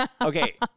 Okay